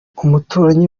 umuturanyi